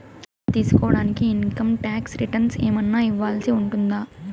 లోను తీసుకోడానికి income tax returns ఏమన్నా ఇవ్వాల్సి ఉంటుందా